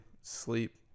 sleep